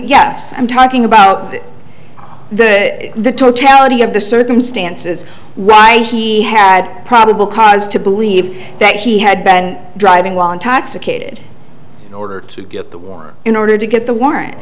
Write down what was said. yes i'm talking about the totality of the circumstances right he had probable cause to believe that he had been driving while intoxicated order to get the work in order to get the warrant